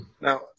Now